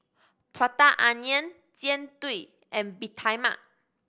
Prata Onion Jian Dui and Bee Tai Mak